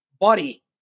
buddy